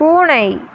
பூனை